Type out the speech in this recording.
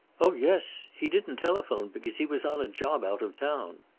oh, yes. he didn't telephone because he was on a job out of town.